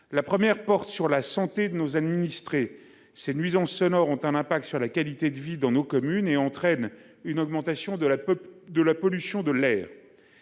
a trait à la santé de nos administrés. Ces nuisances sonores ont un effet sur la qualité de vie dans nos communes et entraînent une augmentation de la pollution de l’air.